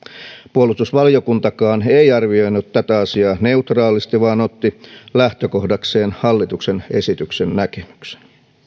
puolustusvaliokuntakaan ei arvioinut tätä asiaa neutraalisti vaan otti lähtökohdakseen hallituksen esityksen näkemyksen